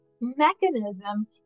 mechanism